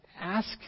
ask